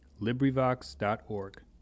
LibriVox.org